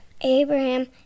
Abraham